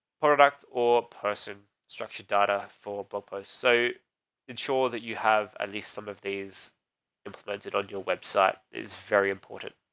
product or person structured data for baupost. so ensure that you have at ah least some of these implemented on your website is very important.